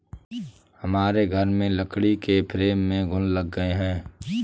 हमारे घर में लकड़ी के फ्रेम में घुन लग गए हैं